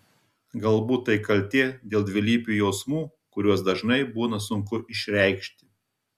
galbūt tai kaltė dėl dvilypių jausmų kuriuos dažnai būna sunku išreikšti